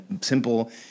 simple